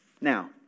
Now